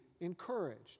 encouraged